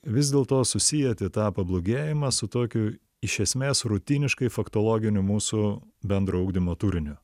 vis dėlto susieti tą pablogėjimą su tokiu iš esmės rutiniškai faktologiniu mūsų bendro ugdymo turiniu